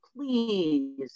please